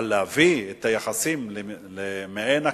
אבל להביא את היחסים למעין הקפאה,